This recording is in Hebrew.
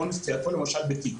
כמו נשיאתו למשל בתיק.